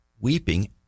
Weeping